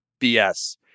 BS